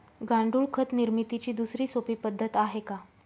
गांडूळ खत निर्मितीची दुसरी सोपी पद्धत आहे का?